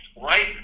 right